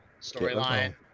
storyline